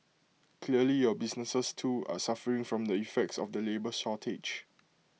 clearly your businesses too are suffering from the effects of the labour shortage